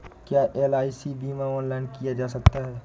क्या एल.आई.सी बीमा ऑनलाइन किया जा सकता है?